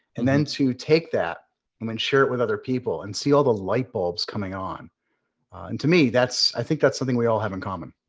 and then to take that and then share it with other people and see all the light bulbs coming on. and to me, i think that's something we all have in common.